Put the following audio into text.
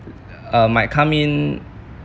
uh might come in